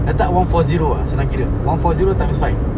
letak one four zero ah senang kira one four zero times five